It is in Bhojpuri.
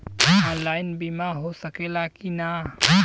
ऑनलाइन बीमा हो सकेला की ना?